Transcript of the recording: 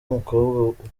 umukobwa